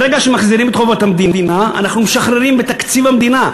ברגע שמחזירים את חובות המדינה אנחנו משחררים בתקציב המדינה,